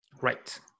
Right